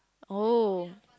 oh